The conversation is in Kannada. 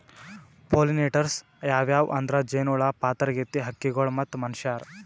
ಪೊಲಿನೇಟರ್ಸ್ ಯಾವ್ಯಾವ್ ಅಂದ್ರ ಜೇನಹುಳ, ಪಾತರಗಿತ್ತಿ, ಹಕ್ಕಿಗೊಳ್ ಮತ್ತ್ ಮನಶ್ಯಾರ್